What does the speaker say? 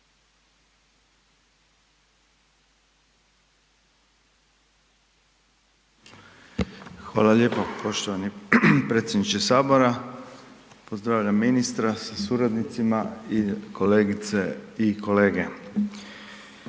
Hvala lijepo poštovani predsjedniče sabora, pozdravljam ministra sa suradnicima i kolegice i kolege.